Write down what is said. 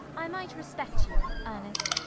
i might respect you, ernest,